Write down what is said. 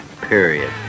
period